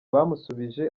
bamusubije